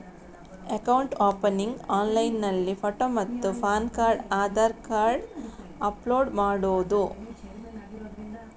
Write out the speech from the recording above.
Account opening ಆನ್ಲೈನ್ನಲ್ಲಿ photo ಮತ್ತು PAN card Aadhaar card upload ಮಾಡುವುದು?